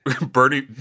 Bernie